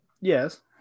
Yes